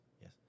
yes